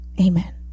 Amen